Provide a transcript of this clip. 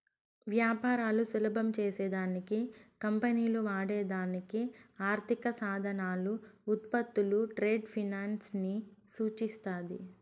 వ్యాపారాలు సులభం చేసే దానికి కంపెనీలు వాడే దానికి ఆర్థిక సాధనాలు, ఉత్పత్తులు ట్రేడ్ ఫైనాన్స్ ని సూచిస్తాది